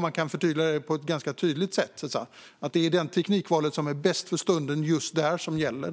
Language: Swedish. Det kan utvecklas på ett ganska tydligt sätt att det är det teknikval som är bäst för stunden, just där, som gäller